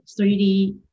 3D